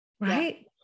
Right